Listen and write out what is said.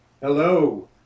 Hello